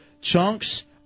Chunks